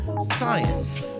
science